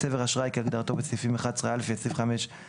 "צבר אשראי" כהגדרתו בסעיפים 11א ו־25א